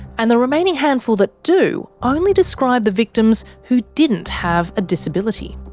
and the remaining handful that do only describe the victims who didn't have a disability.